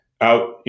out